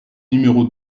numéro